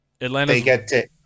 Atlanta